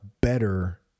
better